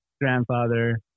grandfather